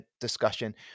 discussion